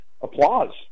applause